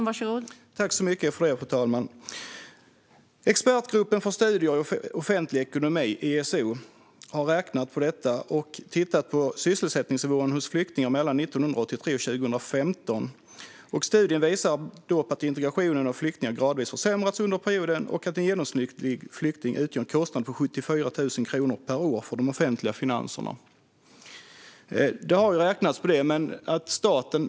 Fru talman! Expertgruppen för studier i offentlig ekonomi, ESO, har räknat på detta och tittat på sysselsättningsnivån hos flyktingar mellan 1983 och 2015. Studien visar att integrationen av flyktingar gradvis försämrats under perioden och att en genomsnittlig flykting utgör en kostnad på 74 000 kronor per år för de offentliga finanserna.